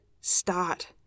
start